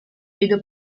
video